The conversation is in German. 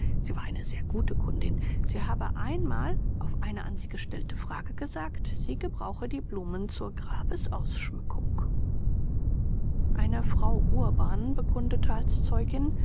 sie war eine sehr gute kundin sie habe einmal auf eine an sie gestellte frage gesagt sie gebrauche die blumen zur grabesausschmückung eine frau urban bekundete als zeugin